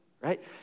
right